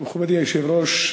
מכובדי היושב-ראש,